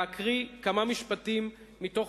אני רוצה להקריא כמה משפטים מתוך